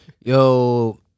Yo